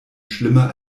schlimmer